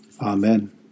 Amen